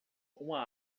uma